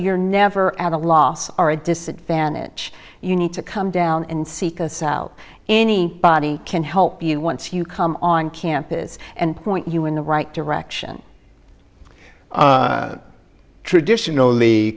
you're never at a loss are a disadvantage you need to come down and seek us out any body can help you once you come on campus and point you in the right direction traditionally